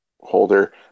holder